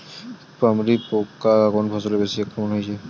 পামরি পোকা কোন ফসলে বেশি আক্রমণ হয়েছে?